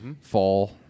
Fall